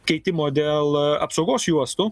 keitimo dėl apsaugos juostų